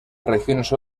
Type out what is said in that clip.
regiones